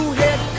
head